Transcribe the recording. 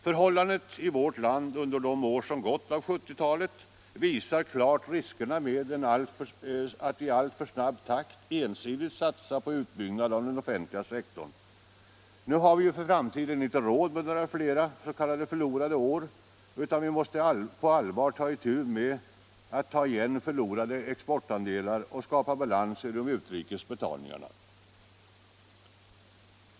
Förhållandena i vårt land under de år som gått av 1970-talet visar klart riskerna med att i alltför snabb takt ensidigt satsa på utbyggnad av den offentliga sektorn. Nu har vi för framtiden inte råd med några fler ”förlorade år” utan måste på allvar ta itu med att ta igen förlorade exportandelar och skapa balans i de utrikes betalningarna.